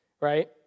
right